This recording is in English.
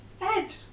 Ed